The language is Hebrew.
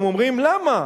הם אומרים: למה?